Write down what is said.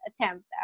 attempt